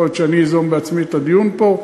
יכול להיות שאזום בעצמי את הדיון פה,